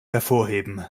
hervorheben